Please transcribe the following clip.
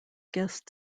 guest